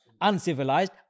Uncivilized